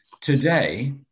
Today